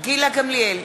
גילה גמליאל,